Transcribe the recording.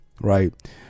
right